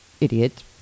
idiot